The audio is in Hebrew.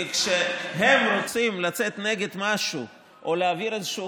כי כשהם רוצים לצאת נגד משהו או להעביר איזשהו